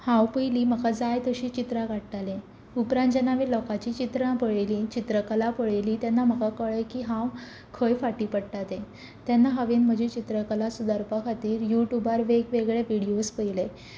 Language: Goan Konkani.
हांव पयलीं म्हाका जाय तशीं चित्रां काडटालें उपरांत जेन्ना हांवें लोकांचीं चित्रां पळयलीं चित्रकला पळयली तेन्ना म्हाका कळ्ळें की हांव खंय फाटी पडटा तें तेन्ना हांवेन म्हजी चित्रकला सुदारपा खातीर यूट्यूबार वेग वेगळे व्हिडियोज पळयले